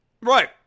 Right